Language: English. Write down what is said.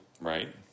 Right